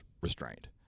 restraint